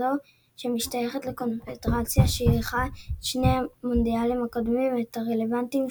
כזו שמשתייכת לקונפדרציה שאירחה את שני המונדיאלים הקודמים הרלוונטיים,